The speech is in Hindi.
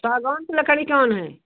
सागवान लकड़ी कौन है